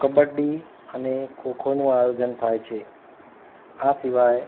કબડ્ડી અને ખો ખોનું આયોજન થાય છે આ સિવાય